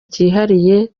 cyihariye